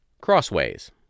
Crossways